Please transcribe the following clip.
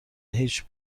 هیچ